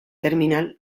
terminal